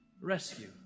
rescue